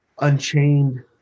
Unchained